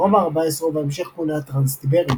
"רובע 14" ובהמשך כונה "טרנס טיברים".